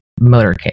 motorcade